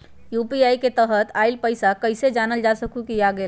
UPI के तहत आइल पैसा कईसे जानल जा सकहु की आ गेल?